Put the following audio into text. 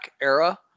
era